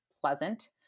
pleasant